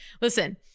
listen